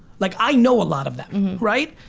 like i know a lot of them, right?